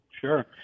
Sure